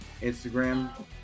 Instagram